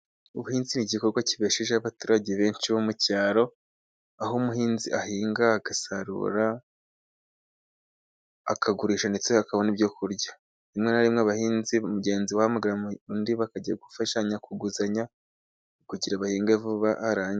Ubuhinzi ni igikorwa kibeshejeho abaturage benshi bo mu cyaro, aho umuhinzi ahinga, agasarura, akagurisha, ndetse akabona ibyo kurya. Rimwe na rimwe, abahinzi, mugenzi we ahamagara undi, bakajya gufashanya, kuguzanya, kugira bahinge vuba, arangize.